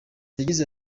yagize